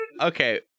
Okay